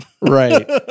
Right